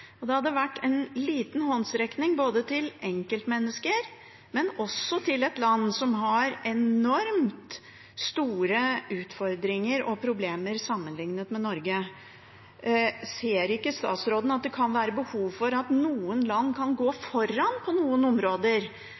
og det hadde vært en liten håndsrekning både til enkeltmennesker og til et land som har enormt store utfordringer og problemer sammenlignet med Norge. Ser ikke statsråden at det kan være behov for at noen land går foran på noen områder,